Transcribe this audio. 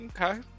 Okay